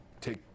take